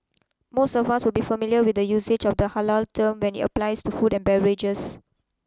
most of us will be familiar with the usage of the halal term when it applies to food and beverages